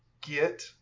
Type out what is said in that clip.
get